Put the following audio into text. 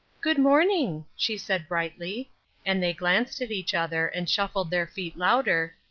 good-morning, she said, brightly and they glanced at each other, and shuffled their feet louder,